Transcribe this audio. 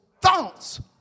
thoughts